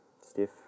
stiff